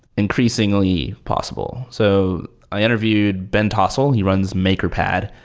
increasingly possible. so i interviewed ben tossell. he runs makerpad.